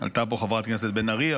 עלתה לפה חברת הכנסת בן ארי,